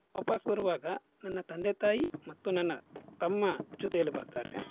ವಾಪಸ್ ಬರುವಾಗ ನನ್ನ ತಂದೆ ತಾಯಿ ಮತ್ತು ನನ್ನ ತಮ್ಮ ಜೊತೆಯಲ್ಲಿ ಬರ್ತಾರೆ